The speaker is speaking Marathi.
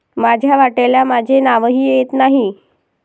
माझ्या वाट्याला माझे नावही येत नाही